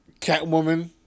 Catwoman